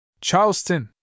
Charleston